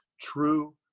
true